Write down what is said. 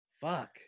Fuck